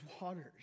waters